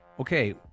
Okay